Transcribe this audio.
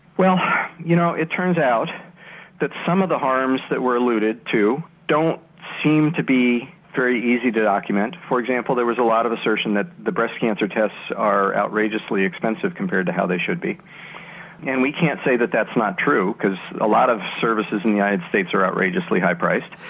well you know it turns out that some of the harms that were alluded to don't seem to be very easy to document. for example there was a lot of assertion that the breast cancer tests are outrageously expensive compared to how they should be and we can't say that that's not true because a lot of services in the united states are outrageously high priced.